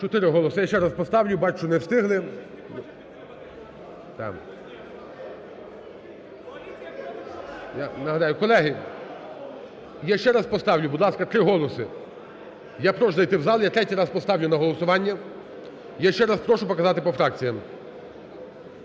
Чотири голоси, я ще раз поставлю. Бачу, не встигли. Я нагадаю, колеги, я ще раз поставлю, будь ласка, три голоси. Я прошу зайти в зал. Я третій раз поставлю на голосування. Я ще раз прошу показати по фракціям.